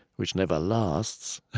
which never lasts,